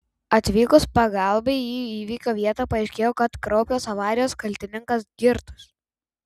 atvykus pagalbai į įvykio vietą paaiškėjo kad kraupios avarijos kaltininkas girtas